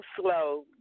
slow